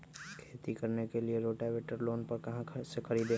खेती करने के लिए रोटावेटर लोन पर कहाँ से खरीदे?